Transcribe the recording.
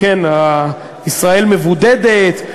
ישראל מבודדת,